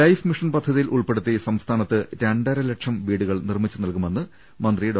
life mission പദ്ധതിയിൽ ഉൾപ്പെടുത്തി സംസ്ഥാ നത്ത് രണ്ടരലക്ഷം വീടുകൾ നിർമ്മിച്ച് നൽകുമെന്ന് മന്ത്രി ഡോ